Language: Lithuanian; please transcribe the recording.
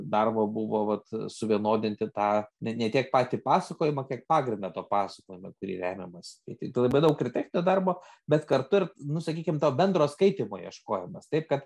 darbo buvo vat suvienodinti tą ne ne tiek patį pasakojimą kiek pagrindą to papasakojimo į kurį remiamasi tai tai labai daug ir technio darbo bet kartu ir nu sakykim to bendro skaitymo ieškojimas taip kad